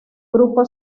grupo